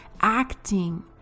acting